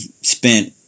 spent